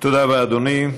תודה רבה, אדוני.